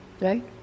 Right